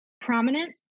prominent